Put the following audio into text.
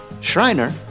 Shriner